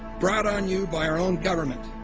brought on you by our own government.